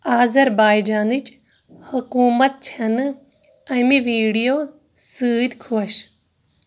آذر بائی جانٕچ حکوٗمت چھَنہٕ اَمہِ ویٖڈیو سۭتۍ خۄش